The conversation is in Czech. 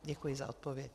Děkuji za odpověď.